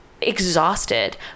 Exhausted